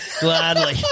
Gladly